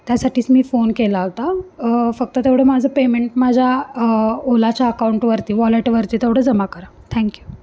त्यासाठीच मी फोन केला होता फक्त तेवढं माझं पेमेंट माझ्या ओलाच्या अकाऊंटवरती वॉलेटवरती तेवढं जमा करा थँक यू